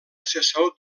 assessor